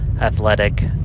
athletic